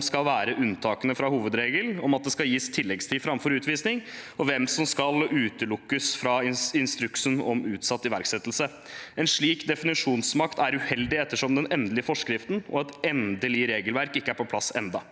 skal være unntakene fra hovedregelen om at det skal gis tilleggstid framfor utvisning, og hvem som skal utelukkes fra instruksen om utsatt iverksettelse. En slik definisjonsmakt er uheldig ettersom den endelige forskriften og et endelig regelverk ikke er på plass ennå.